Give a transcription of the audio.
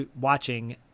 watching